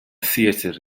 theatr